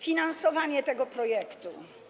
Finansowanie tego projektu.